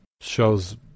shows